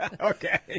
Okay